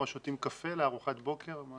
כלומר שותים קפה לארוחת בוקר?